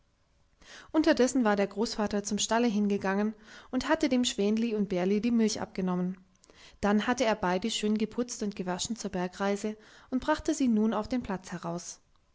unterdessen war der großvater zum stalle hingegangen und hatte dem schwänli und bärli die milch abgenommen dann hatte er beide schön geputzt und gewaschen zur bergreise und brachte sie nun auf den platz heraus